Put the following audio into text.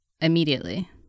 immediately